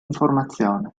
informazione